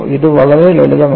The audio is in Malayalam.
ഇത് വളരെ ലളിതമാണ്